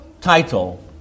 title